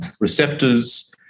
receptors